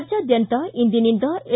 ರಾಜ್ಯಾದ್ಯಂತ ಇಂದಿನಿಂದ ಎಸ್